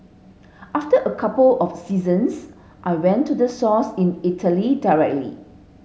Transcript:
after a couple of seasons I went to the source in Italy directly